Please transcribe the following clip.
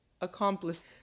Accomplice